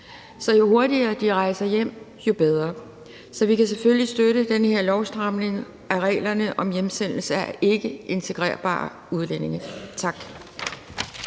Så jo hurtigere de rejser hjem, jo bedre. Vi kan selvfølgelig støtte den her lovstramning af reglerne om hjemsendelse af ikkeintegrerbare udlændinge. Tak.